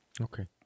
Okay